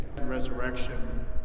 resurrection